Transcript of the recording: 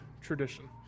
tradition